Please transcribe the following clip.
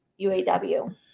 UAW